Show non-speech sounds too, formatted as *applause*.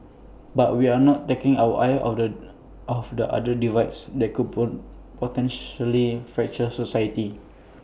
but we are not taking our eyes off the off the other divides that could *unintelligible* potentially fracture society